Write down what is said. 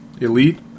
elite